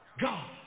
God